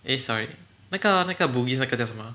eh sorry 那个那个 bugis 那个叫什么 ah